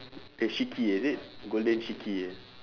the shiki is it golden shiki eh